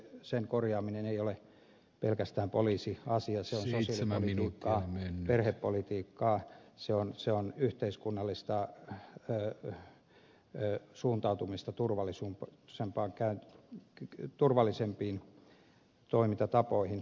sen korjaaminen ei ole pelkästään poliisiasia se on sosiaalipolitiikkaa perhepolitiikkaa se on yhteiskunnallista suuntautumista turvallisempiin toimintatapoihin